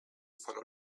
follow